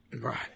right